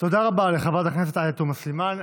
תודה רבה לחברת הכנסת עאידה תומא סלימאן.